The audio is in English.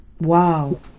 Wow